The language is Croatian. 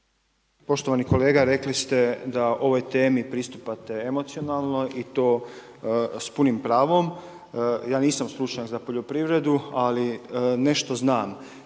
Poštovani kolega, rekli ste da ovoj temi pristupate emocionalno i to s punim pravom, ja nisam stručnjak za poljoprivredu ali nešto znam.